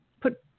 Put